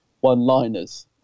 one-liners